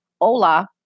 hola